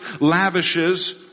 lavishes